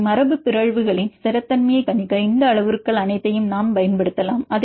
எனவே மரபுபிறழ்வுகளின் ஸ்திரத்தன்மையை கணிக்க இந்த அளவுருக்கள் அனைத்தையும் நாம் பயன்படுத்தலாம்